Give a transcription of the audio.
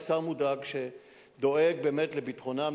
שר מודאג שדואג באמת לביטחונם,